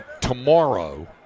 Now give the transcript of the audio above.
tomorrow